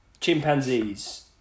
chimpanzees